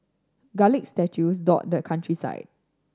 garlic statues dot the countryside